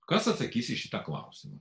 kas atsakys į šitą klausimą